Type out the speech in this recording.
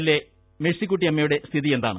LA മെഴ്സിക്കു ട്ടിയമ്മയുടെ സ്ഥിതിയെന്താണ്